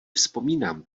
vzpomínám